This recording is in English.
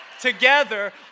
together